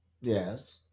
Yes